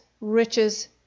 riches